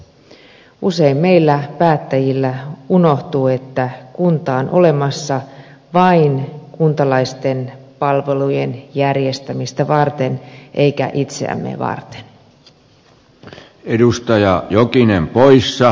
usein meiltä päättäjiltä unohtuu että kunta on olemassa vain kuntalaisten palvelujen järjestämistä varten eikä itseämme varten